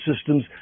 systems